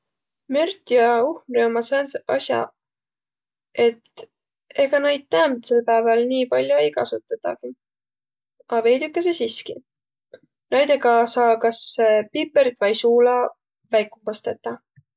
Mört ja uhmri ommaq säändseq as'aq, et ega naid täämbädsel pääväl nii pall'o ei kasutadagiq, a veidükese siskiq. Naidõga saa kas pipõrt vai suula väikumbas tetäq.